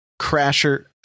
Crasher